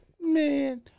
man